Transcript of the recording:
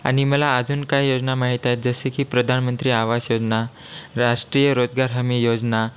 आणि मला अजून काही योजना माहीत आहेत जसं की प्रधानमंत्री आवास योजना राष्ट्रीय रोजगार हमी योजना